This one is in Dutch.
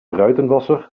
ruitenwasser